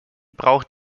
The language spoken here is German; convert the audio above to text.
braucht